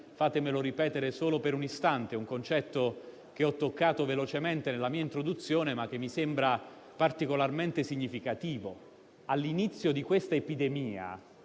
fatemi ripetere solo per un istante un concetto che ho toccato velocemente nella mia introduzione, ma che mi sembra particolarmente significativo: all'inizio di questa epidemia,